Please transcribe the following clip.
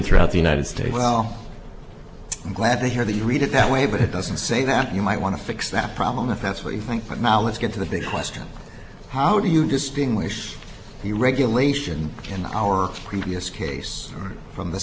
throughout the united states well i'm glad to hear that you read it that way but it doesn't say that you might want to fix that problem if that's what you think but now let's get to the big question how do you distinguish the regulation in our previous case from the